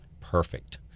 Perfect